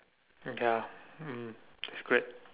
okay lah mm that's great